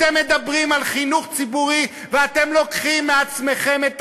אתם מדברים על חינוך ציבורי ואתם לוקחים מעצמכם את